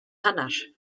hanner